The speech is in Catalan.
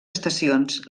estacions